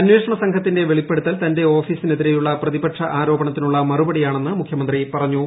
അന്വേഷണ സംഘത്തിന്റെ വെളിപ്പെടുത്തൽ തന്റെ ഓഫീസിനെതിരെയുള്ള പ്രതിപക്ഷ ആരോപണത്തിനുള്ള മറുപടിയാണെന്ന് മുഖ്യമന്ത്രി പറഞ്ഞു